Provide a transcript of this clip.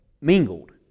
mingled